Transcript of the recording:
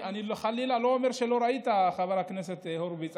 חלילה אני לא אומר שלא ראית, חבר הכנסת הורוביץ.